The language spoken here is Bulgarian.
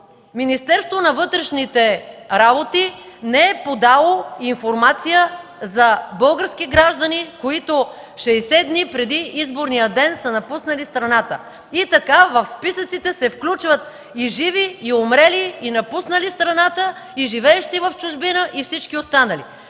Министерството на вътрешните работи не е подало информация за български граждани, които 60 дни преди изборния ден са напуснали страната. Така в списъците се включват и живи, и умрели, и напуснали страната, и живеещи в чужбина, и всички останали.